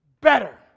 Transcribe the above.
better